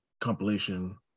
compilation